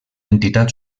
entitat